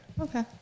Okay